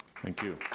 thank you.